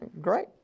great